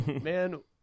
Man